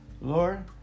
Lord